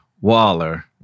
Waller